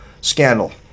scandal